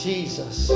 Jesus